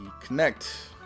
connect